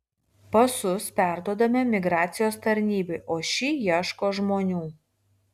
pasus perduodame migracijos tarnybai o ši ieško žmonių